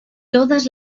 todas